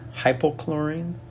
hypochlorine